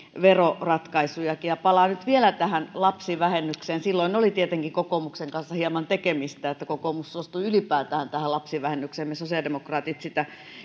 veroratkaisujakin palaan nyt vielä tähän lapsivähennykseen silloin oli tietenkin kokoomuksen kanssa hieman tekemistä että kokoomus suostui ylipäätään tähän lapsivähennykseen me sosiaalidemokraatit sitä